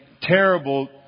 terrible